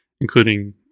including